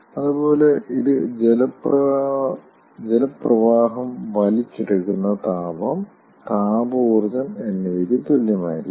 അതുപോലെ ഇത് ജലപ്രവാഹം വലിച്ചെടുക്കുന്ന താപം താപ ഊർജ്ജം എന്നിവയ്ക്ക് തുല്യമായിരിക്കും